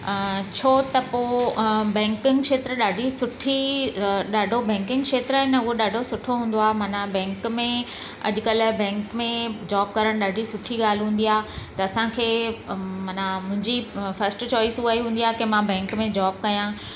अ छो त पोइ बैंकिंग खेत्र ॾाढी सुठी अ ॾाढो बैंकिंग खेत्र आहे न हूअ ॾाढो सुठो हूंदो आहे माना बैंक में अॼुकल्ह या बैंक में जॉब करण ॾाढी सुठी ॻाल्हि हूंदी आहे त असांखे मना मुंहिंजी अ फस्ट चॉइस हूंदी आहे की मां बैंक में जॉब कयां